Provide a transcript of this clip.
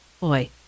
boy